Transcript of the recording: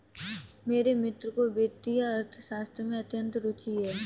मेरे मित्र को वित्तीय अर्थशास्त्र में अत्यंत रूचि है